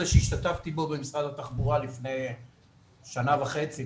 שהשתתפתי בו במשרד התחבורה לפני שנה וחצי,